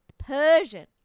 Persian